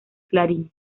clarín